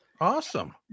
awesome